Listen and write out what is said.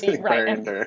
Right